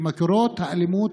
כי מקורות האלימות